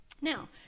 Now